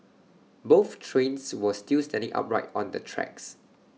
both trains were still standing upright on the tracks